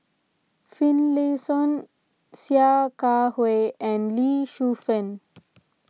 Finlayson Sia Kah Hui and Lee Shu Fen